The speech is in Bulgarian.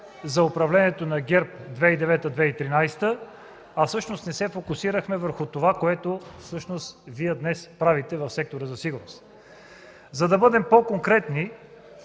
за управлението на ГЕРБ 2009-2013 г., а всъщност не се фокусирахме върху това, което Вие днес правите в сектора за сигурност. За да бъдем по-конкретни,